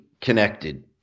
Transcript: connected